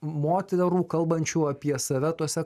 moterų kalbančių apie save tuose